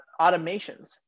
automations